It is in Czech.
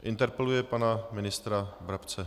Interpeluje pana ministra Brabce.